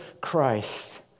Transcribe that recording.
Christ